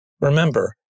Remember